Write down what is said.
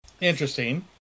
Interesting